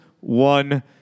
one